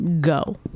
go